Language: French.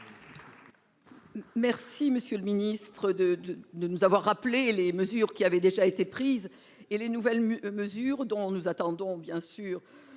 je vous remercie de nous avoir rappelé les mesures qui avaient déjà été prises et les nouvelles mesures dont nous attendons, bien sûr,